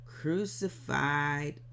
Crucified